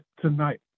tonight